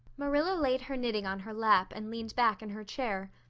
marilla laid her knitting on her lap and leaned back in her chair.